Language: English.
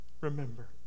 Remember